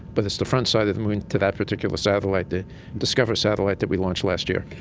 but it's the frontside of the moon to that particular satellite, the discover satellite that we launched last year.